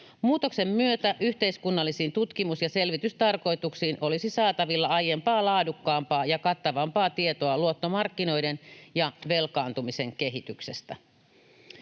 Muutoksen myötä yhteiskunnallisiin tutkimus- ja selvitystarkoituksiin olisi saatavilla aiempaa laadukkaampaa ja kattavampaa tietoa luottomarkkinoiden ja velkaantumisen kehityksestä.